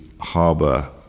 harbour